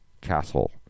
castle